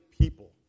people